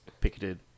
picketed